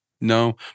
No